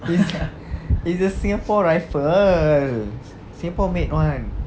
is is a singapore rifle singapore made [one]